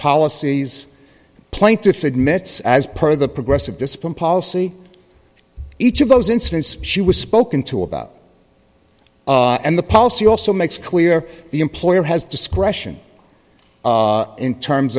policies plaintiff admits as part of the progressive discipline policy each of those incidents she was spoken to about and the policy also makes clear the employer has discretion in terms